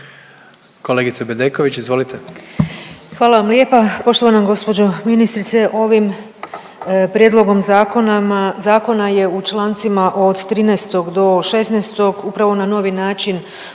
Kolegice Bedeković izvolite.